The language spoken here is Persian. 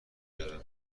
برم